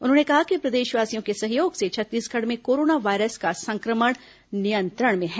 उन्होंने कहा कि प्रदेशवासियों के सहयोग से छत्तीसगढ़ में कोरोना वायरस का संक्रमण नियंत्रण में है